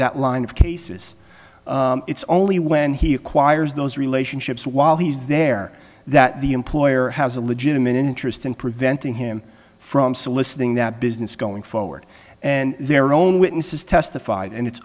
that line of cases it's only when he acquires those relationships while he's there that the employer has a legitimate interest in preventing him from soliciting that business going forward and their own witnesses testified and it's